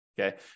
Okay